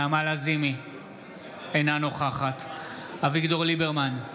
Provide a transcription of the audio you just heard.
אינה נוכחת אביגדור ליברמן,